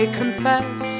confess